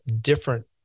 different